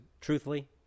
truthfully